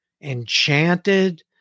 enchanted